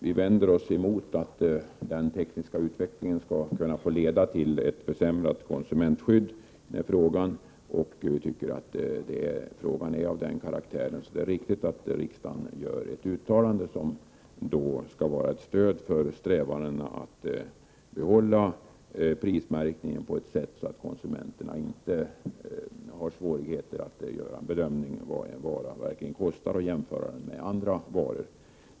Vi vänder oss emot att den tekniska utvecklingen skall leda till ett försämrat konsumentskydd. Frågan är av den karaktären att det är viktigt att riksdagen gör ett tillkännagivande som stöd för strävandena att behålla prismärkningen för att inte göra det svårt för konsumenterna att bedöma vad en vara verkligen kostar och jämföra priset med priset på andra varor.